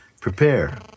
prepare